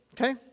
okay